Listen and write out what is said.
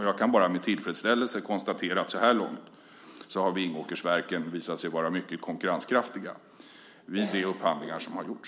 Jag kan bara med tillfredsställelse konstatera att Vingåkersverken så här långt har visat sig vara mycket konkurrenskraftiga vid de upphandlingar som har gjorts.